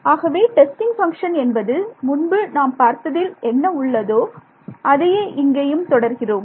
ஆகவே testing function என்பது முன்பு நாம் பார்த்ததில் என்ன உள்ளதோ அதவே இங்கேயும் தொடர்கிறோம்